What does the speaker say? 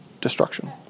destruction